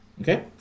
Okay